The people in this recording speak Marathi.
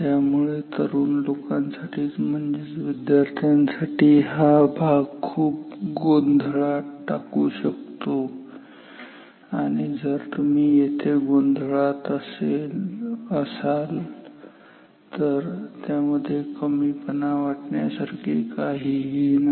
त्यामुळे तरुण लोकांसाठी म्हणजेच नवीन विद्यार्थ्यांसाठी हा भाग खूप गोंधळात टाकू शकतो आणि जर तुम्ही येथे गोंधळत असाल तर त्यामध्ये कमीपणा वाटण्यासारखे काहीही नाही